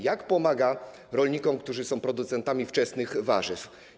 Jak pomaga rolnikom, którzy są producentami wczesnych warzyw?